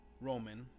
Roman